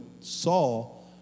Saul